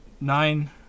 nine